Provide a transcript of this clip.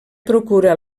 procura